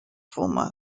former